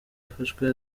afashwe